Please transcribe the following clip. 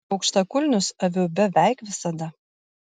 aukštakulnius aviu beveik visada